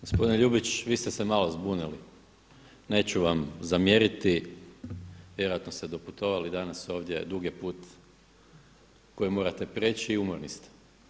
Gospodine Ljubić, vi ste se malo zbunili, neću vam zamjeriti, vjerojatno ste doputovali danas ovdje, dug je put koji morate prijeći i umorni ste.